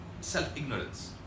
self-ignorance